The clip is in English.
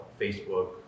Facebook